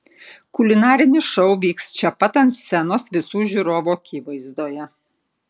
kulinarinis šou vyks čia pat ant scenos visų žiūrovų akivaizdoje